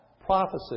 prophecy